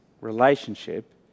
relationship